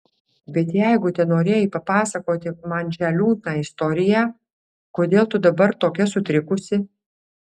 bet jeigu tenorėjai papasakoti man šią liūdną istoriją kodėl tu dabar tokia sutrikusi